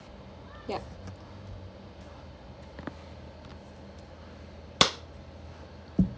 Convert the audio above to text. ya